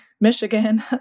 Michigan